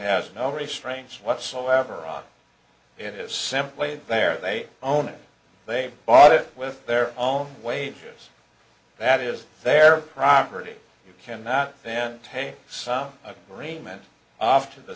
has no restraints whatsoever on it is simply there they own it they've bought it with their own wages that is their property you can not then pay some arrangement after the